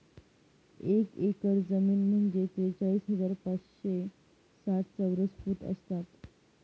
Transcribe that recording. एक एकर जमीन म्हणजे त्रेचाळीस हजार पाचशे साठ चौरस फूट असतात